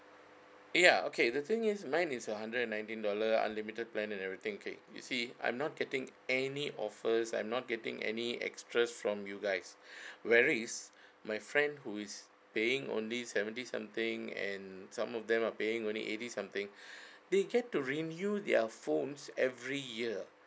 ya okay the thing is mine is a hundred and nineteen dollar unlimited plan and everything K you see I'm not getting any offers I'm not getting any extras from you guys whereas my friend who is paying only seventy something and some of them are paying only eighty something they get to renew their phones every year